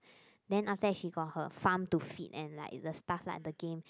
then after that she got her farm to feed and like the stuff lah the game